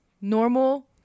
normal